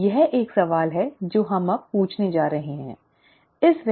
यह एक सवाल है जो हम अब पूछने जा रहे हैं ठीक है